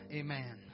amen